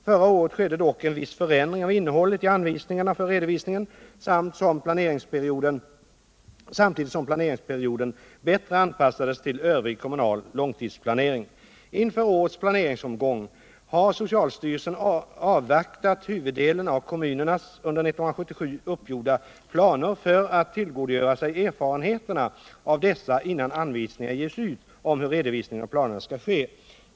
Förra året skedde dock en viss förändring av innehållet i anvisningarna för redovisningen samtidigt som planeringsperioden bättre anpassades till övrig kommunal långtidsplanering. Inför årets planeringsomgång har socialstyrelsen avvaktat huvuddelen av kommunernas under 1977 uppgjorda planer för att tillgodogöra sig erfarenheterna av dessa innan nya anvisningar ges ut om hur redovisningen av planerna skall ske.